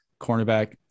cornerback